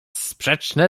sprzeczne